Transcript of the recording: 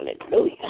Hallelujah